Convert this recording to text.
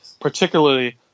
particularly